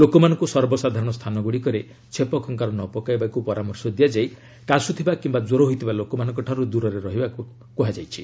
ଲୋକମାନଙ୍କୁ ସର୍ବସାଧାରଣ ସ୍ଥାନମାନଙ୍କରେ ଛେପ ଖଙ୍କାର ନ ପକାଇବାକୁ ପରାମର୍ଶ ଦିଆଯାଇ କାଶୁଥିବା କିମ୍ବା କ୍ୱର ହୋଇଥିବା ଲୋକଙ୍କଠାରୁ ଦୂରରେ ରହିବାକୁ କୁହାଯାଇଛି